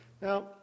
now